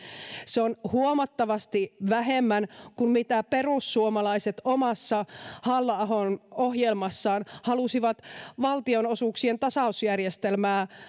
se on huomattavasti vähemmän kuin perussuomalaiset omassa halla ahon ohjelmassaan halusivat valtionosuuksien tasausjärjestelmää